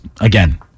again